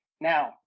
Now